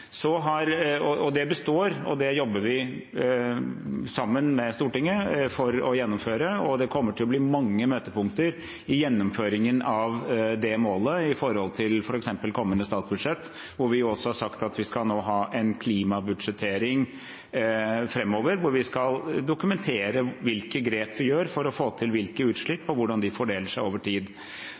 Det består, det jobber vi sammen med Stortinget for å gjennomføre, og det kommer til å bli mange møtepunkter i gjennomføringen av det målet, f.eks. med tanke på kommende statsbudsjett. Der har vi også sagt at vi nå framover skal ha en klimabudsjettering, hvor vi skal dokumentere hvilke grep vi gjør for å få til hvilke utslipp, og hvordan de fordeler seg over tid.